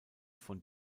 von